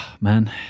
man